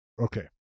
Okay